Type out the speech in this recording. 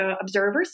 observers